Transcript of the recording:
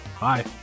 Bye